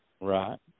Right